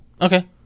Okay